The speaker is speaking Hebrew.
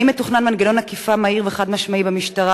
האם מתוכנן מנגנון אכיפה מהיר וחד-משמעי במשטרה